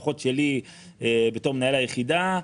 לפחות שלי בתור מנהל היחידה,